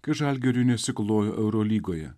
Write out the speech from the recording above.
kai žalgiriu nesiklojo eurolygoje